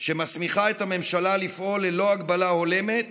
שמסמיכה את הממשלה לפעול ללא הגבלה הולמת